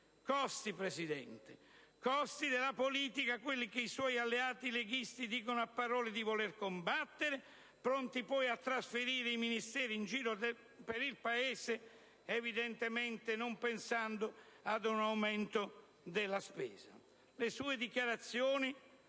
Costi, Presidente, costi della politica: quelli che i suoi alleati leghisti dicono a parole di voler combattere, pronti poi a trasferire i Ministeri in giro per il Paese, evidentemente non pensando ad un aumento della spesa. Le sue dichiarazioni